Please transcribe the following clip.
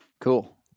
Cool